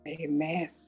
Amen